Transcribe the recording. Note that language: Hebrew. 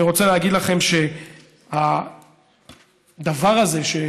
אני רוצה להגיד לכם שהדבר הזה,